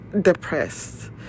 depressed